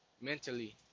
mentally